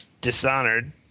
Dishonored